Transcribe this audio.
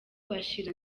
bashyira